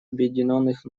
объединенных